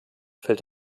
fällt